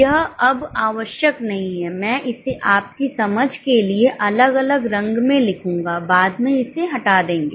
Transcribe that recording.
यह अब आवश्यक नहीं है मैं इसे आपकी समझ के लिए अलग अलग रंग में लिखूंगा बाद में इसे हटा देंगे